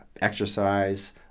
exercise